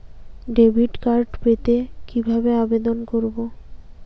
Debit card পেতে কিভাবে আবেদন করব?